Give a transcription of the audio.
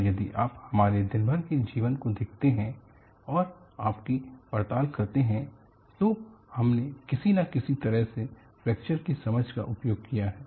और यदि आप हमारे दिनभर के जीवन को देखते हैं और उसकी पड़ताल करते हैं तो हमने किसी न किसी तरह से फ्रैक्चर की समझ का उपयोग किया है